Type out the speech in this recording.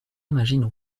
maginot